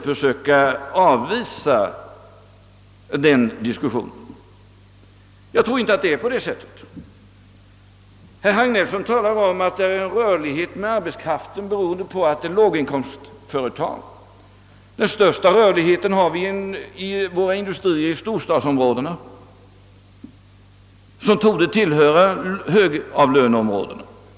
Försök då att ge klarare uttryck för vad herr Hagnell menar . Herr Hagnell talar om att rörligheten hos arbetskraften beror på att det är låginkomstföretag. Den största rörligheten har vi i våra industrier i storstadsområdena, som torde tillhöra höglöneområdena.